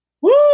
Woo